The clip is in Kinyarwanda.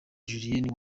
julienne